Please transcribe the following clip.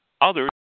Others